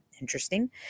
Interesting